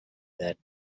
that